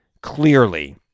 clearly